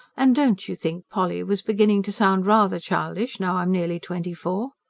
and don't you think polly was beginning to sound rather childish, now i'm nearly twenty-four?